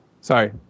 Sorry